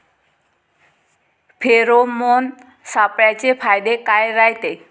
Pheromone सापळ्याचे फायदे काय रायते?